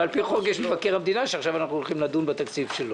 ועל-פי החוק יש מבקר המדינה שאנחנו הולכים לדון בתקציב שלו.